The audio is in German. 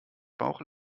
bauch